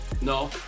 No